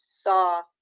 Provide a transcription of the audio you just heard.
saw